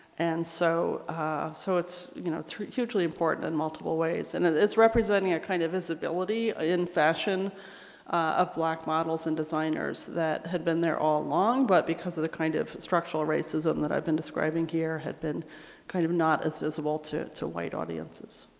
and so so it's you know it's hugely important in multiple ways and it's representing a kind of visibility in fashion of black models and designers that had been there all along but because of the kind of structural racism that i've been describing here had been kind of not as visible to to white audiences.